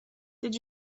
did